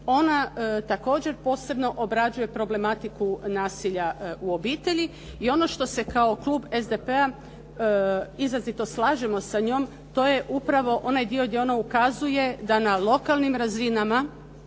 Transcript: ona također posebno obrađuje problematiku nasilja u obitelji. I ono što se kao klub SDP-a izrazito slažemo sa njom to je upravo onaj dio gdje ona ukazuje da na lokalnim razinama